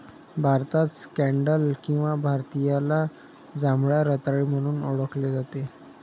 भारतात स्कँडल किंवा भारतीयाला जांभळ्या रताळी म्हणून ओळखले जाते